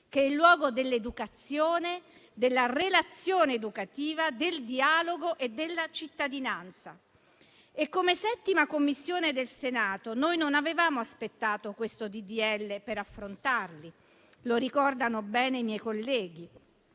che è il luogo dell'educazione, della relazione educativa, del dialogo e della cittadinanza. Come 7a Commissione del Senato noi non avevamo aspettato questo disegno di legge per affrontare questi temi (lo ricordano bene i miei colleghi).